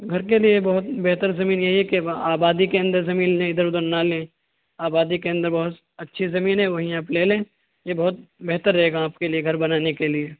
گھر کے لیے بہت بہتر زمین یہی ہے کہ آبادی کے اندر زمین لیں ادھر ادھر نہ لیں آبادی کے اندر بہت اچھی زمینیں وہیں آپ لے لیں یہ بہت بہتر رہے گا آپ کے لیے گھر بنانے کے لیے